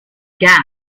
gas